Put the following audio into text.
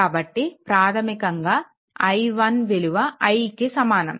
కాబట్టి ప్రాధమికంగా i1 విలువ iకి సమానం